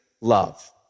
love